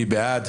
מי בעד?